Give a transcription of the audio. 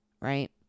right